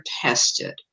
tested